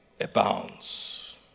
abounds